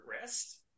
rest